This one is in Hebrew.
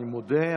אני מודה,